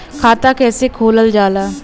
खाता कैसे खोलल जाला?